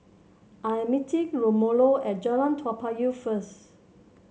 I am meeting Romello at Jalan Toa Payoh first